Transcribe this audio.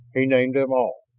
he named them all,